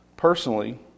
personally